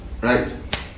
right